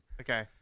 Okay